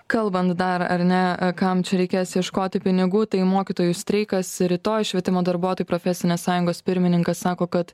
kalbant dar ar ne kam čia reikės ieškoti pinigų tai mokytojų streikas rytoj švietimo darbuotojų profesinės sąjungos pirmininkas sako kad